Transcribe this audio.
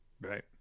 Right